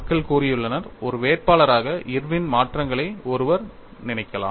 மக்கள் கூறியுள்ளனர் ஒரு வேட்பாளராக இர்வின் மாற்றங்களை ஒருவர் நினைக்கலாம்